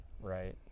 Right